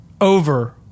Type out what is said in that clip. over